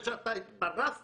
זה משודר וכל העולם רואה.